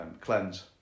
cleanse